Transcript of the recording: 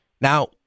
Now